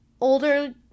older